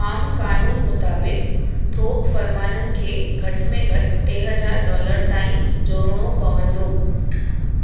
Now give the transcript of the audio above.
आम क़ानून मुताबिक़ थोक फ़र्माननि खे घटि में घटि टे हज़ार डॉलर ताईं जोरणो पवंदो